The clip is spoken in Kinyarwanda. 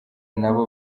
nabo